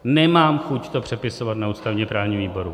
Nemám chuť to přepisovat na ústavněprávním výboru.